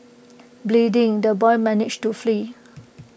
bleeding the boy managed to flee